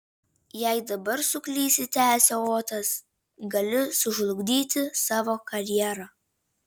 jei dabar suklysi tęsė otas gali sužlugdyti savo karjerą